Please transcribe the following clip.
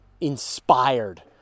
inspired